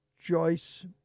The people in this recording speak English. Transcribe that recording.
Joyce